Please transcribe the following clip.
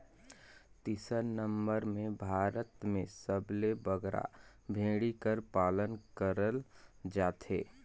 तीसर नंबर में भारत में सबले बगरा भेंड़ी कर पालन करल जाथे